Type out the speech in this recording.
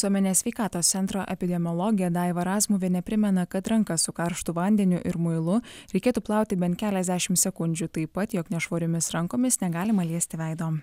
tuometinė sveikatos centro epidemiologė daiva razmuvienė primena kad rankas su karštu vandeniu ir muilu reikėtų plauti bent keliasdešim sekundžių taip pat jog nešvariomis rankomis negalima liesti veido